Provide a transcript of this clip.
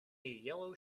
yellow